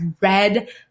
red